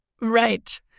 Right